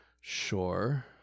Sure